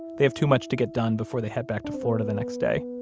they have too much to get done before they head back to florida the next day